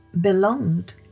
belonged